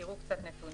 שתראו קצת נתונים.